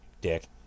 Dick